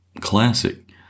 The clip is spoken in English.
classic